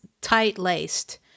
tight-laced